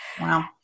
Wow